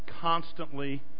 constantly